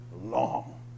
long